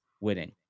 winning